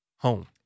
home